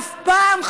אף פעם,